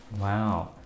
Wow